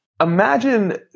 imagine